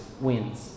wins